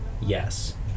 Yes